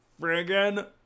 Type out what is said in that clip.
friggin